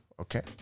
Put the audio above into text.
Okay